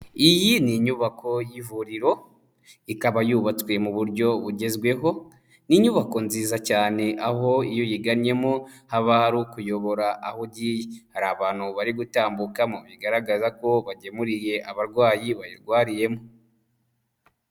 Iyi ni inyubako y'ivuriro, ikaba yubatswe mu buryo bugezweho, ni inyubako nziza cyane aho iyo uyigannyemo haba hari ukuyobora aho ugiye, hari abantu bari gutambukamo bigaragaza ko bagemuriye abarwayi bayirwariyemo.